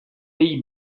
pays